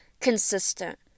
consistent